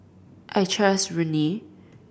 I trust Rene